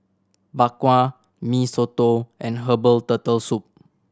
Bak Kwa Mee Soto and herbal Turtle Soup